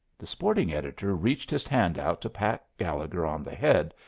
the sporting editor reached his hand out to pat gallegher on the head,